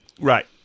Right